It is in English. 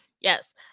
yes